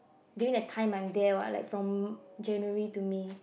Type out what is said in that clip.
during the time Monday I like from January to May